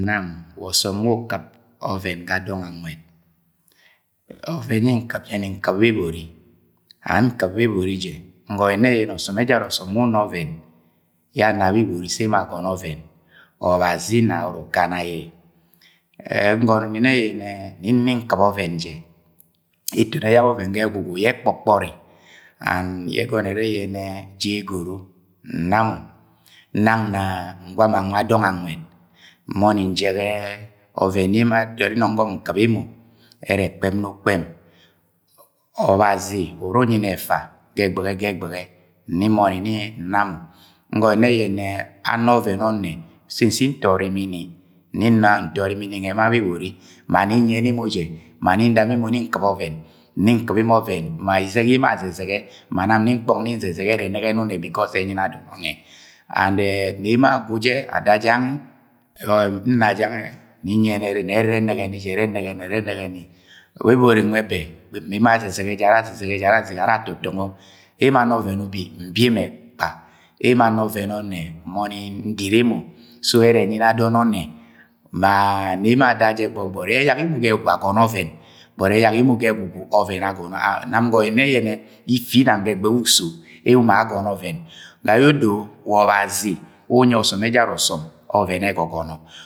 Nam wa ọsọm wẹ uru ukɨp ọvẹn ga dọng nwẹd. Ọvẹn yẹ nni nkɨp jẹ, nni nkɨp bẹ bpri and nkɨp bẹbori jẹ nsọnọ nnẹ ọsọm ẹjara ọsọm wẹ una ọvẹn ye ana ọvẹn se bebori agọnọ ọvẹn ọbazi uru ukana yẹ ngọnọ nnẹ yẹnẹ nẹ nni nkɨp ọvẹn jẹ eto ẹya̱k ọvẹn yẹ ẹkpọkpọri and yẹ ẹgọnọ ere yẹnẹ ja egoro nnamọ. Nang na ngwams uwa dọng uwẹd nbọni njegẹ ọvẹn yẹ emo, adori nni ngọmo nkɨp emo, ẹrẹ ẹkpẹm ni ukpẹm, Ọbazi uru unyi ete ga ẹgbẹghẹ gs ẹgbẹghe nni nbọni nni nna mo. Ngono ni nnẹ yẹnẹ ana ọvẹn ọnne since yẹ eto ọrimini, nẹ nna nto ọrimini ma bẹbori ma nẹ nyẹne emo, ma nẹ nda ma emo nni nkɨp ọvẹn, nni nkɨp emo ọvẹn ma izek yẹ omo azẹzegẹ ma nam nni nkpọng nni nzẹzẹgẹ ẹrẹ ẹnẹgẹ ni unẹge becuase ẹrẹ ẹnyi adọn onne. And nẹ, ne emo agwu jẹ ada jẹ gange ne nni nna je ganga nni nna ẹrẹ ẹnẹgẹ ni ẹrẹ ẹnẹgẹ, bẹbori nwẹbẹ ne emo ara azẹzẹgẹ je amazẹzẹgẹ, ara azẹzege ara atọtọngọ, emo ana ọvẹn ubi nbi emo ẹkpa, emo ana ọvẹn ọnnẹ nni nbọnì ndiri ẹmo, so ẹrẹ ẹbọni ẹnyi adọn ọnnẹ ma nẹ emo ade jẹ gbọgbọri. Eyạk emo ga ẹgwugwu agọnọ oven but eyak emo ga egwugwu ọvẹn agọno nam ngono ni nne yẹnẹ ifinang ga ga yẹ odo wa Ọbazi unyi ọsọm ẹjạra ọsọm ọvẹn ẹgọgọnọ.